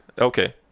Okay